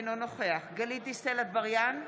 אינו נוכח גלית דיסטל אטבריאן,